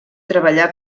treballà